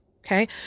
okay